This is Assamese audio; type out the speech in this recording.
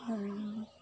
আৰু